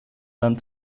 waren